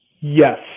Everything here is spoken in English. Yes